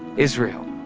israel.